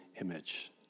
image